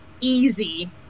easy